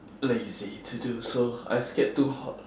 lazy to do so I scared too hot